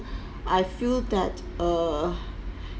I feel that err